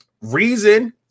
reason